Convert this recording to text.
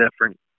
different